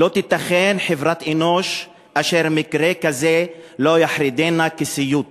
"לא תיתכן חברת אנוש אשר מקרה כזה לא יחרידנה כסיוט,